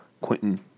Quentin